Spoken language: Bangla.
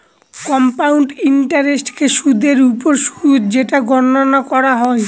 কম্পাউন্ড ইন্টারেস্টকে সুদের ওপর সুদ যেটা গণনা করা হয়